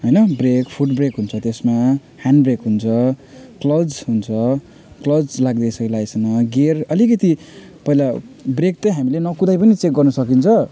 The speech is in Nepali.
होइन ब्रेक फुट ब्रेक हुन्छ त्यसमा ह्यान्ड ब्रेक हुन्छ क्लच हुन्छ क्लच लाग्दैछ कि लागेको छैन गियर अलिकिति पहिला बेक्र चाहिँ हामीले नकुदाई पनि चेक गर्नु सकिन्छ